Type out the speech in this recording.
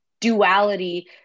duality